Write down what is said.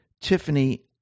Tiffany